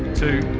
two,